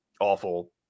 Awful